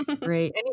Great